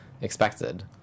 expected